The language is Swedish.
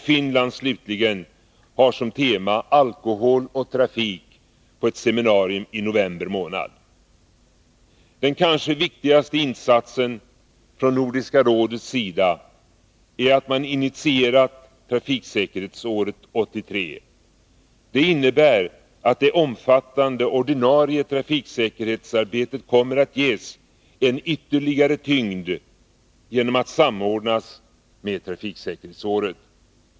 Finland, slutligen, har som tema för sitt seminarium, som hålls i november månad, alkohol och trafik. Den kanske viktigaste insatsen från Nordiska rådets sida är att man initierat trafiksäkerhetsåret 1983. Det innebär att det omfattande ordinarie trafiksäkerhetsarbetet kommer att ges en ytterligare tyngd genom att samordnas med trafiksäkerhetsåret.